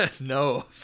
No